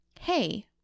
hey